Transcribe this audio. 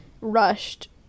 rushed